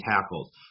tackles